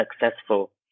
successful